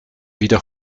wieder